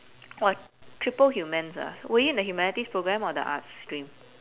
!wah! triple humans ah were you in the humanities programme or the arts stream